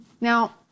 Now